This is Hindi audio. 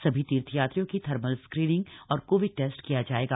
सभी तीर्थयात्रियों की थर्मल स्क्रीनिंग और कोविड टेस्ट किया जाएगा